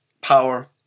power